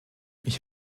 ich